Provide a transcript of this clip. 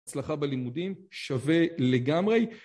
הצלחה בלימודים שווה לגמרי.